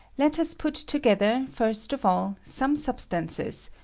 let us put together, first of all, some substances,